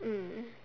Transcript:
mm